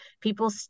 People